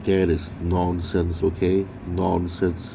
okay that's nonsense okay nonsense